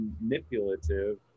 manipulative